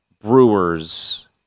Brewers